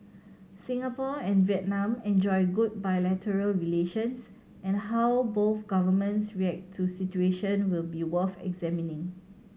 Singapore and Vietnam enjoy good bilateral relations and how both governments react to situation will be worth examining